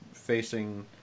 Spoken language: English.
Facing